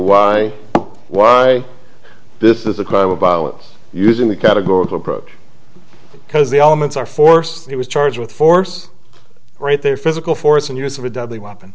why why this is a crime of violence using the categorical approach because the elements are force he was charged with force right there physical force and use of a deadly weapon